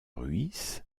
rhuys